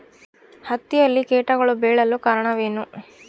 ಹತ್ತಿಯಲ್ಲಿ ಕೇಟಗಳು ಬೇಳಲು ಕಾರಣವೇನು?